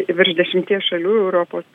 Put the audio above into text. virš dešimties šalių europos